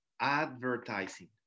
advertising